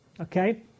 Okay